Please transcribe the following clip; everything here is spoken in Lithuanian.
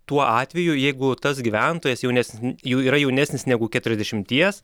tuo atveju jeigu tas gyventojas jaunesnis jau yra jaunesnis negu keturiasdešimties